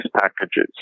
packages